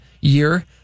year